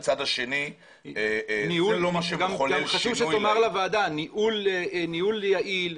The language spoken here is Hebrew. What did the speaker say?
גם חשוב שתאמר לוועדה שניהול יעיל,